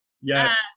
Yes